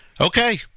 Okay